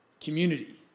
community